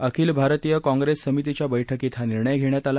अखिल भारतीय काँग्रेस समितीच्या बैठकीत हा निर्णय घेण्यात आला